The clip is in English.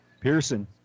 Pearson